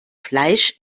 fleisch